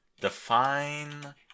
Define